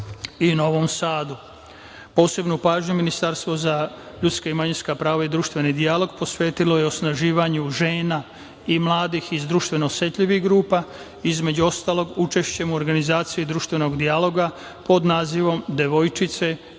i Novom Sadu. Posebnu pažnju Ministarstvo za ljudska i manjinska prava i društveni dijalog posvetilo je osnaživanju žena i mladih iz društveno osetljivih grupa, između ostalog, učešćem u organizaciji društvenog dijaloga pod nazivom „Devojčice i